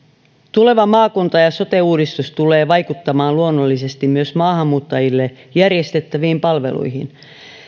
tuleva maakunta ja sote uudistus tulee vaikuttamaan luonnollisesti myös maahanmuuttajille järjestettäviin palveluihin